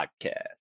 Podcast